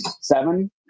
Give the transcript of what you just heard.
seven